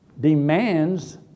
demands